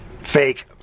Fake